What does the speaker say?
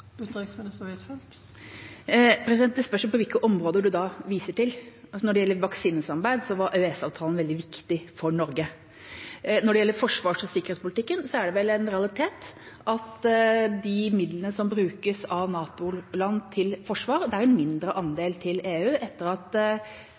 Det spørs på hvilke områder representanten viser til. Når det gjelder vaksinesamarbeid, var EØS-avtalen veldig viktig for Norge. Når det gjelder forsvars- og sikkerhetspolitikken, er det vel en realitet at når det gjelder de midlene som brukes av NATO-land til forsvar, går en mindre